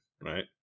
right